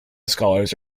scholars